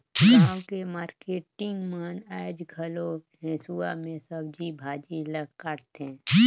गाँव के मारकेटिंग मन आयज घलो हेसुवा में सब्जी भाजी ल काटथे